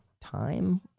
time